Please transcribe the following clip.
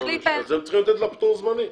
אז הם צריכים לתת לה פטור זמני.